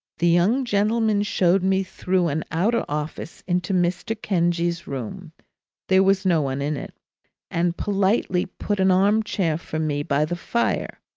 the young gentleman showed me through an outer office into mr. kenge's room there was no one in it and politely put an arm-chair for me by the fire.